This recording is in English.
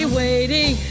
waiting